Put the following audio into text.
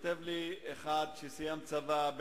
כותב לי אחד שסיים צבא,